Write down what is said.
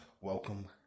welcome